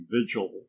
vigil